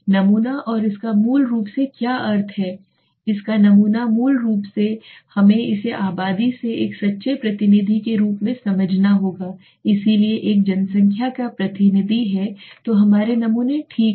नमूना और इसका मूल रूप से क्या अर्थ है इसका नमूना मूल रूप से हमें इसे आबादी के एक सच्चे प्रतिनिधि के रूप में समझना होगा इसलिए एक जनसंख्या का प्रतिनिधि है तो हमारे नमूने ठीक है